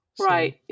Right